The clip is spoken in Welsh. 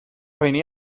poeni